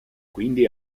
quindi